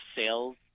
sales